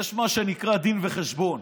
יש מה שנקרא דין וחשבון.